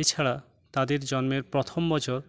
এছাড়া তাদের জন্মের প্রথম বছর